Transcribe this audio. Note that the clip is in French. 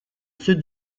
sud